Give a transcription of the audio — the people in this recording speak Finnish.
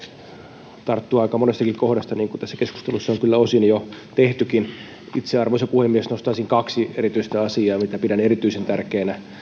antaisi mahdollisuuksia tarttua aika moneenkin kohtaan niin kuin tässä keskustelussa on kyllä osin jo tehtykin itse arvoisa puhemies nostaisin kaksi erityistä asiaa mitä pidän erityisen tärkeinä